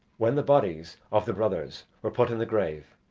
when the bodies of the brothers were put in the grave,